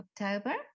october